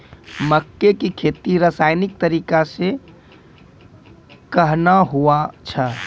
मक्के की खेती रसायनिक तरीका से कहना हुआ छ?